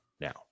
now